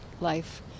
life